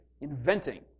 inventing